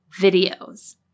videos